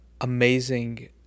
amazing